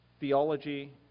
theology